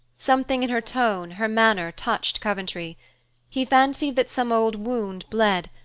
something in her tone, her manner, touched coventry he fancied that some old wound bled,